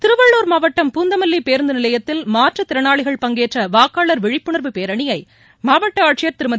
திருவள்ளூர் மாவட்டம் பூந்தமல்லி பேருந்து நிலையத்தில் மாற்றுத்திறனாளிகள் பங்கேற்ற வாக்காளர் விழிப்புணர்வு பேரணியை மாவட்ட ஆட்சியர் திருமதி